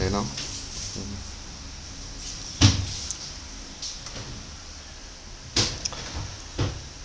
you know